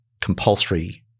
compulsory